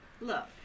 Look